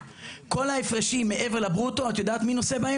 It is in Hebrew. כל ההפרשים מעבר לברוטו, את יודעת מי נושא בהם?